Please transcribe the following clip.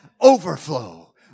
overflow